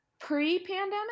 Pre-pandemic